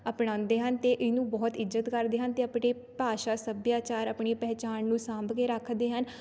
ਅਪਣਾਉਂਦੇ ਹਨ ਅਤੇ ਇਹਨੂੰ ਬਹੁਤ ਇੱਜਤ ਕਰਦੇ ਹਨ ਅਤੇ ਆਪਣੇ ਭਾਸ਼ਾ ਸੱਭਿਆਚਾਰ ਆਪਣੀ ਪਹਿਚਾਣ ਨੂੰ ਸਾਂਭ ਕੇ ਰੱਖਦੇ ਹਨ